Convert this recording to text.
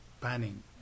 panning